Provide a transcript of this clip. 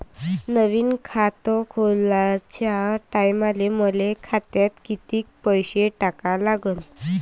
नवीन खात खोलाच्या टायमाले मले खात्यात कितीक पैसे टाका लागन?